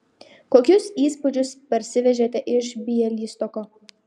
kokius įspūdžius parsivežėte iš bialystoko